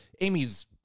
Amy's